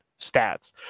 stats